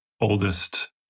oldest